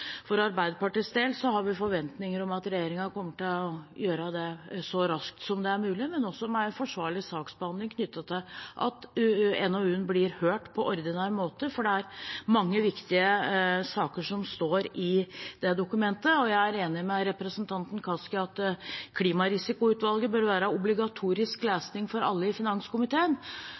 For Arbeiderpartiets del har vi forventninger om at regjeringen kommer til å gjøre det så raskt som det er mulig, men også med en forsvarlig saksbehandling knyttet til at NOU-en blir hørt på ordinær måte. Det er mange viktige saker som står i det dokumentet, og jeg er enig med representanten Kaski i at rapporten fra klimarisikoutvalget bør være obligatorisk lesning for alle i finanskomiteen.